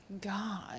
god